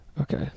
Okay